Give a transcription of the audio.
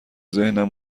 ذهنم